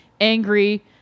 Angry